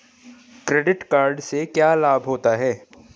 Credit card से क्या क्या लाभ होता है?